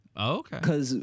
Okay